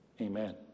Amen